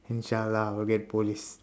inshallah I will get police